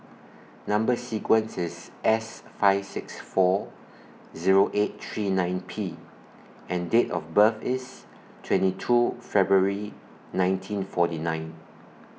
Number sequence IS S five six four Zero eight three nine P and Date of birth IS twenty two February nineteen forty nine